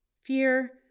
fear